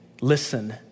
Listen